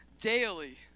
daily